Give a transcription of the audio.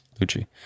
lucci